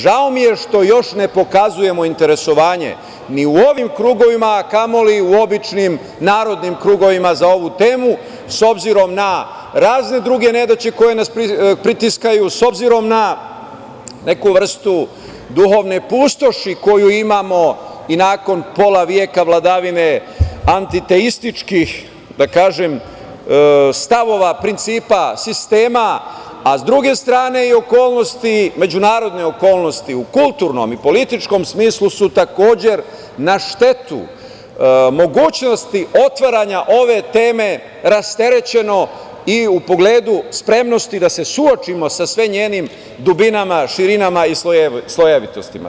Žao mi je što još ne pokazujemo interesovanje ni u ovim krugovima, a kamo li u običnim narodnim krugovima za ovu temu, s obzirom na razne druge nedaće koje nas pritiskaju, s obzirom na neku vrstu duhovne pustoši koju imamo i nakon pola veka vladavine antiteističkih, da kažem, stavova, principa, sistema, a s druge strane, i međunarodne okolnosti u kulturnom i političkom smislu su također na štetu mogućnosti otvaranja ove teme rasterećeno i u pogledu spremnosti da se suočimo sa sve njenim dubinama, širinama i slojevitostima.